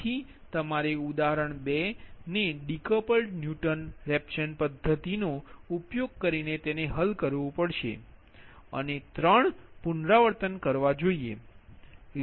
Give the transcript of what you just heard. તેથી તમારે ઉદાહરણ 2 ને ડીકપલ્ડ ન્યુટન રેપ્સન પદ્ધતિનો ઉપયોગ કરીને તેને હલ કરવુ પડશે અને 3 પુનરાવર્તન કરવા જોઈએ